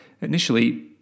initially